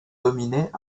dominait